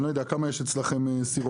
אני לא יודע, כמה אצלכם יש סירות?